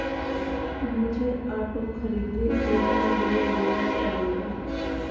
मुझे ऑटो खरीदने के लिए लोन लेना पड़ेगा